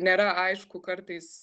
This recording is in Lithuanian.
nėra aišku kartais